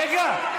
רגע.